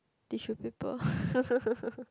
tissue paper